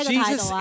Jesus